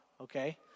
okay